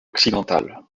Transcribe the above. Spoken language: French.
occidental